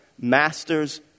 Master's